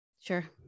Sure